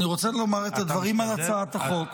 אני רוצה לומר את הדברים על הצעת החוק.